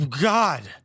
God